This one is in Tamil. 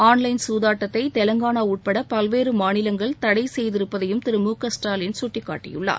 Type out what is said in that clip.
ஆன்லைன் சூதாட்டத்தை தெலங்கானா உட்பட பல்வேறு மாநிலங்கள் தடை செய்திருப்பதையும் திரு மு க ஸ்டாலின் சுட்டிக்காட்டியுள்ளார்